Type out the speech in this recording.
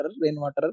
rainwater